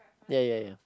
ya ya ya